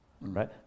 right